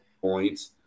points